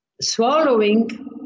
swallowing